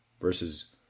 versus